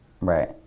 Right